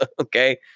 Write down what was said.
Okay